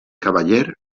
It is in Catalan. cavaller